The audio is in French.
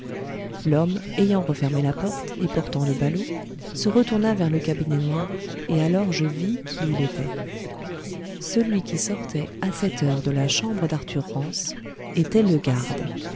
l'homme ayant refermé la porte et portant le ballot se retourna vers le cabinet noir et alors je vis qui il était celui qui sortait à cette heure de la chambre d'arthur rance était le garde